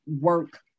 work